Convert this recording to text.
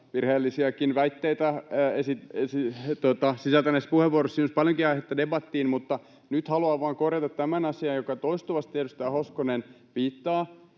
virheellisiäkin väitteitä sisältäneessä puheenvuorossa olisi paljonkin aihetta debattiin, mutta nyt haluan vain korjata tämän asian, johon toistuvasti edustaja Hoskonen viittaa,